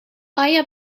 آیا